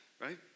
right